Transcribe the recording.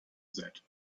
that